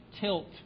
tilt